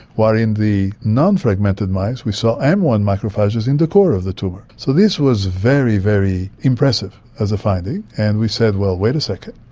while in the non-fragmented mice we saw m one macrophages in the core of the tumour. so this was very, very impressive as a finding, and we said, well, wait a second,